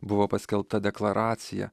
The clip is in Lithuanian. buvo paskelbta deklaracija